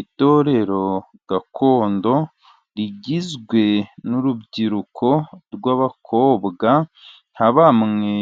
Itorero gakondo rigizwe n'urubyiruko rw'abakobwa, nka bamwe